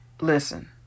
listen